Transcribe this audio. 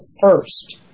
first